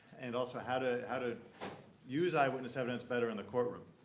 and also, how to how to use eyewitness evidence better in the courtroom.